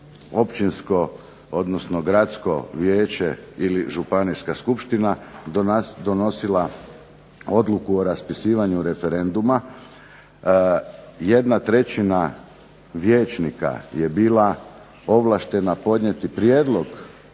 općinsko, odnosno gradsko vijeće ili županijska skupština donosila odluku o raspisivanju referenduma, jedna trećina vijećnika je bila ovlaštena podnijeti prijedlog